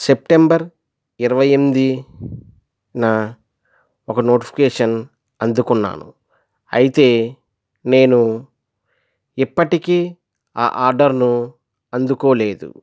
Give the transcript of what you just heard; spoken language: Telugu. సెప్టెంబర్ ఇరవైఎనిమిదినా ఒక నోటిఫికెషన్ అందుకున్నాను అయితే నేను ఇప్పటికి ఆ ఆర్డర్ను అందుకోలేదు